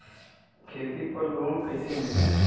खेती पर लोन कईसे मिली?